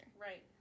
Right